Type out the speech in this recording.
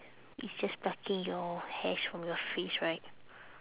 it's just plucking your hairs from your face right